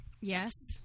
Yes